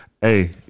Hey